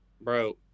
Bro